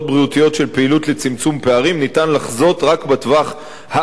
פעילות לצמצום פערים אפשר לחזות רק בטווח הארוך.